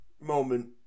moment